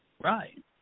Right